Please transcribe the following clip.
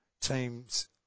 teams